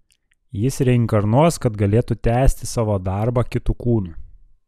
jis reinkarnuos kad galėtų tęsti savo darbą kitu kūnu